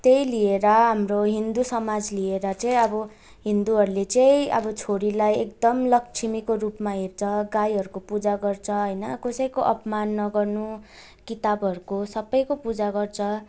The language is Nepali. त्यही लिएर हाम्रो हिन्दू समाज लिएर चाहिँ अब हिन्दूहरूले चाहिँ अब छोरीलाई एकदम लक्ष्मीको रूपमा हेर्छ गाईहरूको पूजा गर्छ होइन कसैको अपमान नगर्नु किताबहरूको सबैको पूजा गर्छ